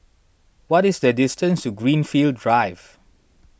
what is the distance to Greenfield Drive